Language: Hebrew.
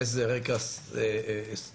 מאיזה רקע סוציואקונומי?